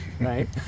right